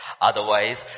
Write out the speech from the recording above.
Otherwise